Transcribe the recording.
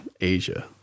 Asia